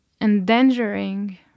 endangering